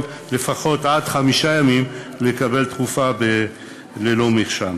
מתן תרופה ללא מרשם,